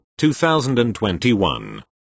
2021